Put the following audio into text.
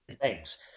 thanks